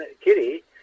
Kitty